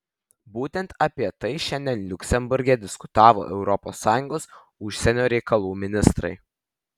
būtent apie tai šiandien liuksemburge diskutavo es užsienio reikalų ministrai